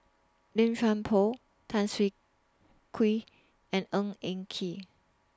Lim Chuan Poh Tan Siah Kwee and Ng Eng Kee